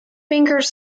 fingers